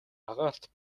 агаарт